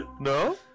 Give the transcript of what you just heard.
no